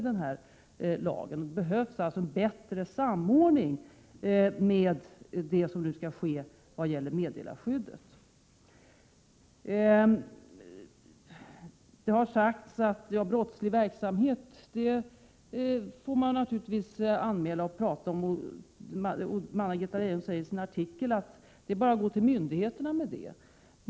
Det behövs alltså en bättre samordning med det som nu skall ske vad gäller meddelarskyddet. Det har sagts att man naturligtvis får anmäla och tala om brottslig verksamhet, och Anna-Greta Leijon säger i sin artikel att det bara är att gå — Prot. 1987/88:122 till myndigheterna med sådana saker.